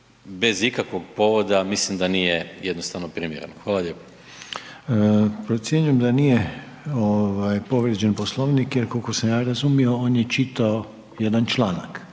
bez ikakvog povoda, mislim da nije jednostavno primjereno. Hvala lijepo. **Reiner, Željko (HDZ)** Procjenjujem da nije povrijeđen Poslovnik, jer koliko sam ja razumio on je čitao jedan članak